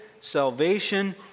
salvation